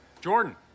Jordan